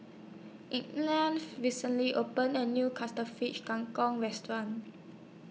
recently opened A New Fish Kang Kong Restaurant